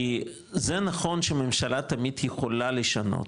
כי זה נכון שממשלה תמיד יכולה לשנות,